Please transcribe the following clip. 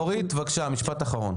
אורית, בבקשה משפט אחרון.